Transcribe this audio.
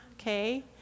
okay